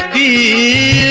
e